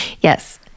Yes